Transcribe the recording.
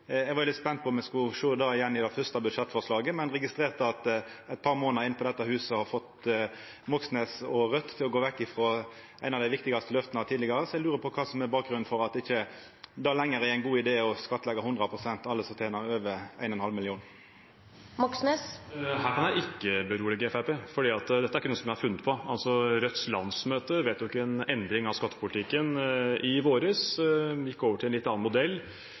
Eg var veldig spent på om eg skulle sjå det igjen i det fyrste budsjettforslaget, men registrerer at eit par månader innanfor dette huset har fått Moxnes og Raudt til å gå vekk frå eit av dei viktigaste løfta frå tidlegare. Så eg lurer på kva som er bakgrunnen for at det ikkje lenger er ein god idé å skattleggja all inntekt over 1,5 mill. kr 100 pst. Her kan jeg ikke berolige Fremskrittspartiet, for dette er ikke noe som jeg har funnet på. Rødts landsmøte vedtok en endring av skattepolitikken i vår. Vi gikk over til en litt annen modell